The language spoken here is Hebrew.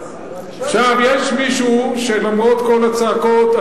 יש מישהו שלמרות כל הצעקות,